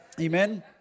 Amen